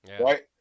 right